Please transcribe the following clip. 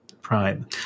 Prime